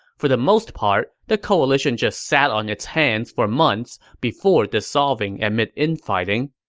for the most part, the coalition just sat on its hands for months before dissolving amid infighting,